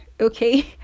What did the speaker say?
Okay